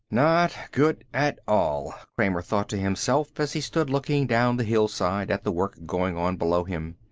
not good at all, kramer thought to himself, as he stood looking down the hillside at the work going on below him.